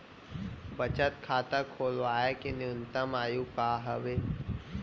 बचत खाता खोलवाय के न्यूनतम आयु का हवे?